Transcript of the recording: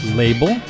label